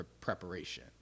preparation